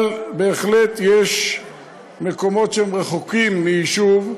אבל בהחלט יש מקומות שהם רחוקים מיישוב,